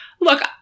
Look